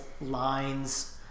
lines